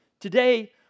Today